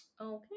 Okay